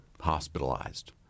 hospitalized